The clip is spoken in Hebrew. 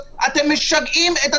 או,